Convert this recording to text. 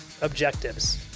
objectives